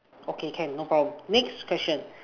okay can no problem next question